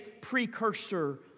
precursor